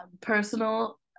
personal